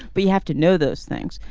but you have to know those things.